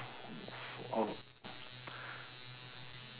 oh